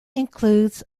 includes